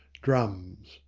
drums.